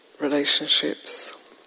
relationships